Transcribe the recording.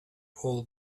all